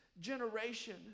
generation